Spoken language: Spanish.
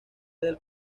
del